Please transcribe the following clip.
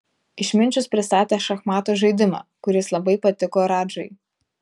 išminčius pristatė šachmatų žaidimą kuris labai patiko radžai